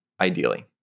ideally